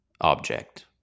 Object